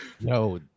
No